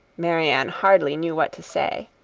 marianne hardly knew what to say.